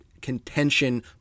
contention